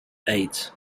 eight